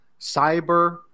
cyber